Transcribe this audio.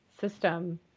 system